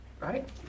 right